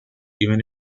even